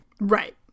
Right